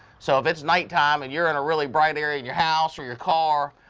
so if it's nighttime and you're in a really bright area in your house or your car,